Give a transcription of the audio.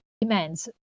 demands